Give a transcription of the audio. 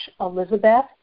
Elizabeth